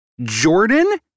Jordan